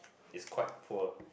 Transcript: is quite poor